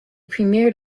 premiered